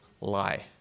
lie